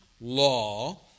law